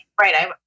Right